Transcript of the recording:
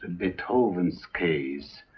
and beethoven's case.